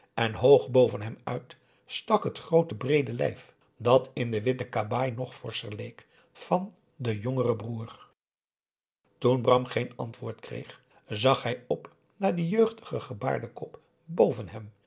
en hoog boven hem uit stak het groote breede lijf dat in de witte kabaai nog forscher leek van den jongeren broer toen bram geen antwoord kreeg zag hij op naar den jeugdigen gebaarden kop boven hem